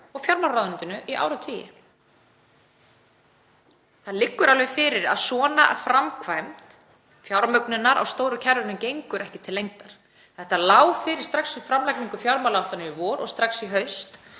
og fjármálaráðuneytinu í áratugi. Það liggur alveg fyrir að svona framkvæmd fjármögnunar á stóru kerfunum gengur ekki til lengdar. Það lá fyrir strax við framlagningu fjármálaáætlunar í vor og strax í haust